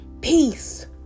Peace